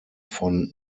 von